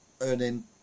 earning